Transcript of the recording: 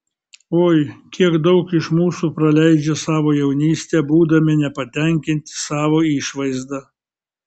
oi kiek daug iš mūsų praleidžia savo jaunystę būdami nepatenkinti savo išvaizda